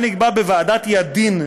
מה נקבע בוועדת ידין,